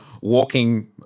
walking